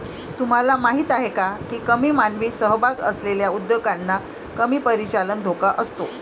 तुम्हाला माहीत आहे का की कमी मानवी सहभाग असलेल्या उद्योगांना कमी परिचालन धोका असतो?